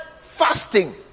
Fasting